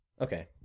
okay